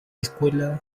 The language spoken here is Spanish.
escuela